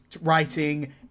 writing